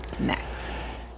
next